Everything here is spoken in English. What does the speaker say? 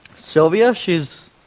sylvia? she's.